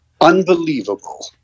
unbelievable